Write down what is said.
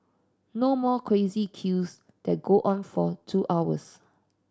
no more crazy queues that go on for two hours